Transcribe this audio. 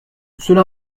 cela